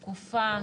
שקופה,